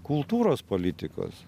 kultūros politikos